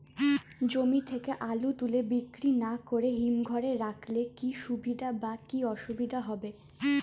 জমি থেকে আলু তুলে বিক্রি না করে হিমঘরে রাখলে কী সুবিধা বা কী অসুবিধা হবে?